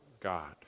God